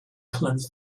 cleanse